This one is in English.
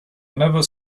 never